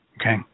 Okay